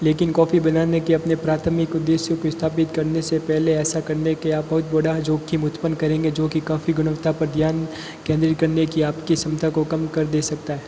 लेकिन कॉफी बनाने के अपने प्राथमिक उद्देश्य को स्थापित करने से पहले ऐसा करने के आप बहुत बड़ा जोखिम उत्पन्न करेंगे जो कि काफ़ी गुणवत्ता पर ध्यान केंद्रित करने की आपकी क्षमता को कम कर दे सकता है